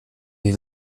wie